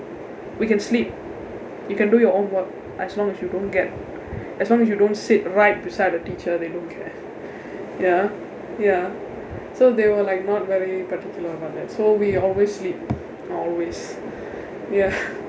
we can sleep you can do your homework as long as you don't get as long as you don't sit right beside the teacher they don't care ya ya so they were like not very particular about that so we always sleep always ya